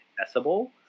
accessible